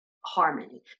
harmony